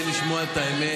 אי-אפשר לשמוע את השר.